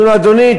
אומרים לו: אדוני,